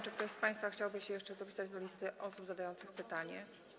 Czy ktoś z państwa chciałby się jeszcze dopisać do listy osób zadających pytania?